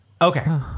Okay